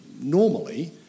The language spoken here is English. normally